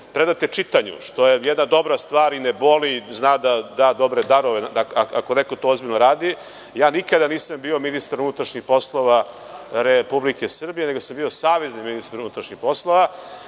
predate čitanju, što je jedna dobra stvar i ne boli i zna da da dobre darove ako to neko ozbiljno radi, nikada nisam bio ministar unutrašnjih poslova Republike Srbije, nego sam bio savezni ministar unutrašnjih poslova.